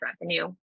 revenue